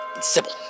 Sybil